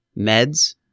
meds